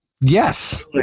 Yes